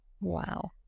Wow